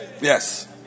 Yes